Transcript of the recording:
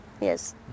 Yes